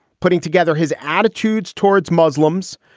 putting together his attitudes towards muslims,